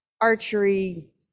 archery